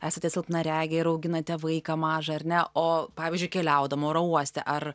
esate silpnaregė ir auginate vaiką mažą ar ne o pavyzdžiui keliaudama oro uoste ar